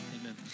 amen